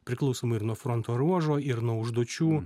priklausomai ir nuo fronto ruožo ir nuo užduočių